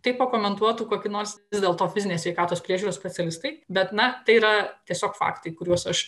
tai pakomentuotų kokį nors vis dėlto fizinės sveikatos priežiūros specialistai bet na tai yra tiesiog faktai kuriuos aš